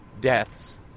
deaths